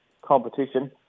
competition